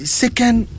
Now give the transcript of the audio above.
second